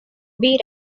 beat